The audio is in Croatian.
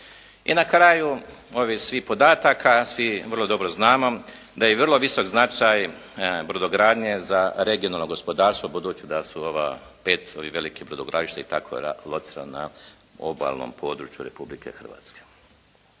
I na kraju ovih svih podataka svi vrlo dobro znamo da je vrlo visok značaj brodogradnje za regionalno gospodarstvo budući da su ova, 5 ovih velikih brodogradilišta i tako locirana u obalnom podruju Republike Hrvatske.